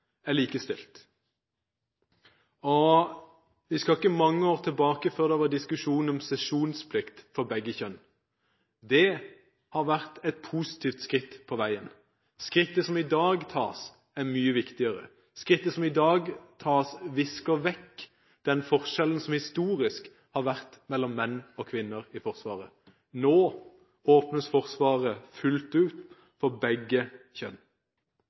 likestilt. Vi skal ikke mange år tilbake siden det var diskusjon om sesjonsplikt for begge kjønn. Det har vært et positivt skritt på veien. Skrittet som tas i dag, er mye viktigere. Skrittet som tas i dag, visker vekk den forskjellen som historisk har vært mellom menn og kvinner i Forsvaret. Nå åpnes Forsvaret fullt ut for begge kjønn.